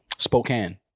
Spokane